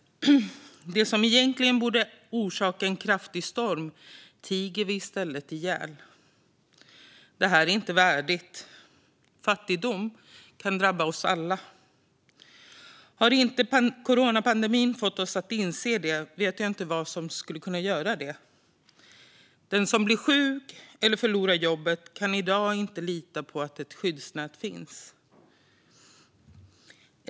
Det som egentligen borde orsaka en kraftig storm tiger vi ihjäl. Det här är inte värdigt. Fattigdom kan drabba oss alla. Om inte coronapandemin har fått oss att inse det vet jag inte vad som skulle kunna göra det. Den som blir sjuk eller förlorar jobbet kan i dag inte lita på att ett skyddsnät finns.